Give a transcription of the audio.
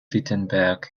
wittenberg